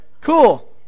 cool